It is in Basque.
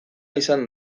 izan